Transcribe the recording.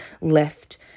left